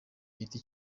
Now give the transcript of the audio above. giti